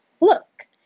Look